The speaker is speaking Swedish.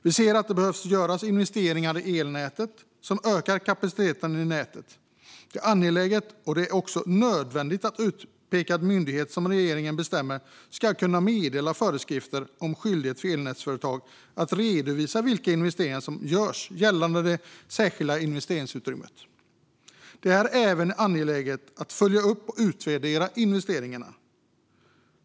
Vi ser att det behöver göras investeringar i elnätet som ökar kapaciteten i nätet. Det är angeläget, och det är också nödvändigt att utpekad myndighet - som regeringen bestämmer - ska kunna meddela föreskrifter om skyldighet för elnätsföretag att redovisa vilka investeringar som görs gällande det särskilda investeringsutrymmet. Det är även angeläget att följa upp och utvärdera investeringarna.